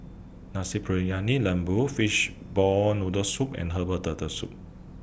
Nasi Briyani Lembu Fishball Noodle Soup and Herbal Turtle Soup